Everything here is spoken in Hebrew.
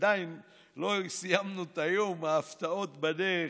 עדיין לא סיימנו את היום, ההפתעות בדרך.